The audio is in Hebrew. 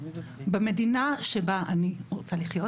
במדינה שבה אני רוצה לחיות